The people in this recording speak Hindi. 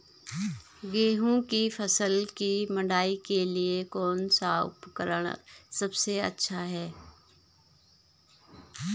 गेहूँ की फसल की मड़ाई के लिए कौन सा उपकरण सबसे अच्छा है?